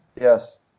Yes